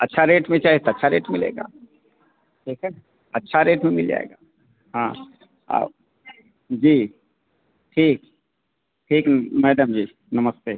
अच्छा रेट में चाहिए तो अच्छा रेट मिलेगा ठीक है न अच्छा रेट में मिल जाएगा हाँ आप जी ठीक ठीक मैडम जी नमस्ते